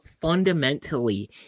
fundamentally